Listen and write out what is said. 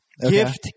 Gift